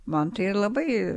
man tai labai